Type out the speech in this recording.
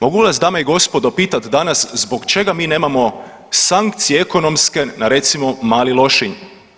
Mogu li vas dame i gospodo pitat danas zbog čega mi nemamo sankcije ekonomske na recimo Mali Lošinj?